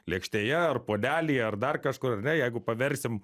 lėkštėje ar puodelyje ar dar kažkur ar ne jeigu paversim